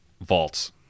vaults